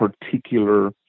particular